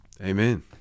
Amen